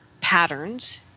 patterns